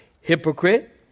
Hypocrite